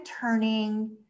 turning